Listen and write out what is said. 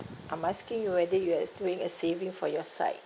I'm asking you whether you are doing a saving for your side